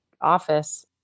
office